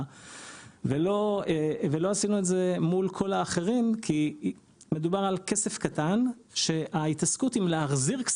לא עשינו את זה מול כל האחרים כי מדובר על כסף קטן שההתעסקות עם החזרתו